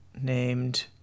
named